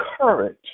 courage